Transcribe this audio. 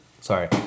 Sorry